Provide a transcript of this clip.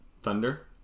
Thunder